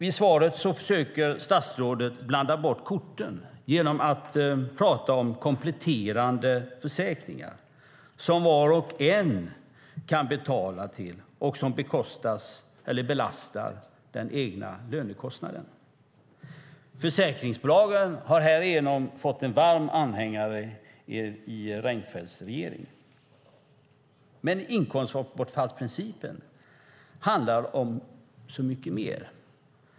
I svaret försöker statsrådet blanda bort korten genom att tala om kompletterande försäkringar som var och en kan betala till och som bekostas av, eller belastar, den egna lönekostnaden. Försäkringsbolagen har härigenom fått en varm anhängare i Reinfeldts regering. Men inkomstbortfallsprincipen handlar om så mycket mer.